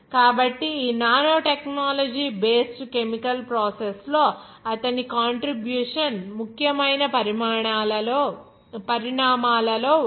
కాబట్టి ఈ nano technology based chemical process లో అతని కాంట్రిబ్యూషన్ ముఖ్యమైన పరిణామాలలో ఒకటి